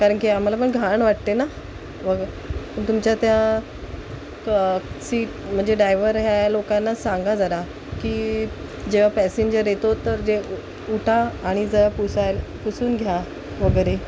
कारण की आम्हाला पण घाण वाटते ना व तुमच्या त्या सीट म्हणजे डायव्हर ह्या लोकांना सांगा जरा की जेव्हा पॅसेंजर येतो तर जे उठा आणि ज्या पुसायल पुसून घ्या वगैरे